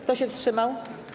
Kto się wstrzymał?